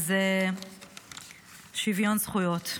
וזה שוויון זכויות.